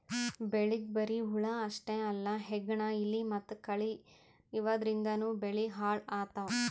ಬೆಳಿಗ್ ಬರಿ ಹುಳ ಅಷ್ಟೇ ಅಲ್ಲ ಹೆಗ್ಗಣ, ಇಲಿ ಮತ್ತ್ ಕಳಿ ಇವದ್ರಿಂದನೂ ಬೆಳಿ ಹಾಳ್ ಆತವ್